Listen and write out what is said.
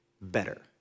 better